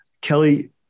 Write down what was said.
kelly